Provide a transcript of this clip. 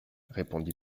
répondit